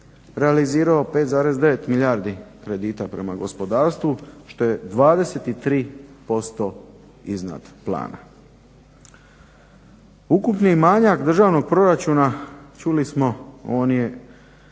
realizirao 5,9 milijardi kredita prema gospodarstvu što je 23% iznad plana. Ukupni manjak državnog proračuna čuli smo on je